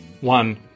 One